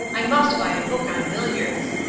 i must buy a book on billiards.